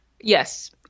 Yes